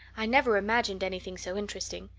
i never imagined anything so interesting.